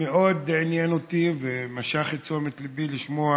מאוד עניין אותי ומשך את תשומת ליבי לשמוע